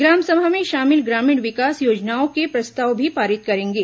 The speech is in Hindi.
ग्राम सभा में शामिल ग्रामीण विकास योजनाओं के प्रस्ताव भी पारित करेंगे